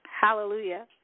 Hallelujah